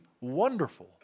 wonderful